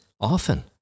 Often